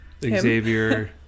Xavier